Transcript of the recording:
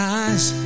eyes